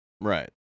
Right